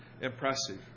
impressive